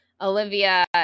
Olivia